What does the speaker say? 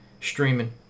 Streaming